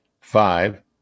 five